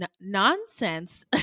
nonsense